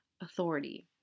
authority